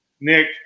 Nick